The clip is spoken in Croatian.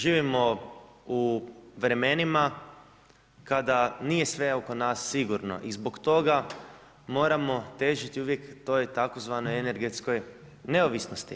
Živimo u vremenima kada nije sve oko nas sigurno i zbog toga moramo težiti toj tzv. energetskoj neovisnosti.